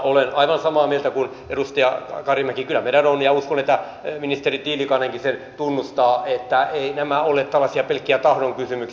olen aivan samaa mieltä kuin edustaja karimäki ja uskon että ministeri tiilikainenkin sen tunnustaa että eivät nämä ole tällaisia pelkkiä tahdon kysymyksiä